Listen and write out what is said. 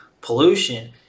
pollution